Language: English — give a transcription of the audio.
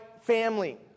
family